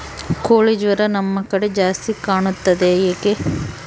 ಕೋಳಿ ಜ್ವರ ನಮ್ಮ ಕಡೆ ಜಾಸ್ತಿ ಕಾಣುತ್ತದೆ ಏಕೆ?